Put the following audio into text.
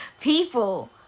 people